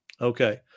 okay